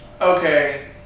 okay